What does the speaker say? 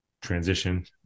transition